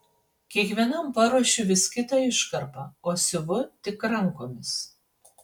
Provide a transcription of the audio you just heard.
kiekvienam paruošiu vis kitą iškarpą o siuvu tik rankomis